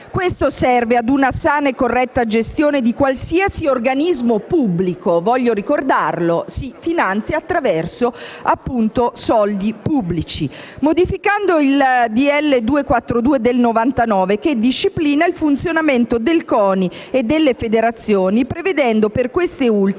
Questo serve ad una sana e corretta gestione di qualsiasi organismo pubblico, voglio ricordarlo, che si finanzi attraverso, appunto, soldi pubblici. Modificando il decreto-legge n. 242 del 1999 che disciplina il funzionamento del CONI e delle federazioni prevedendo, per queste ultime,